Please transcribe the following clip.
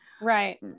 right